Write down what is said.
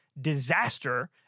disaster